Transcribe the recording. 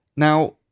Now